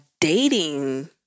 dating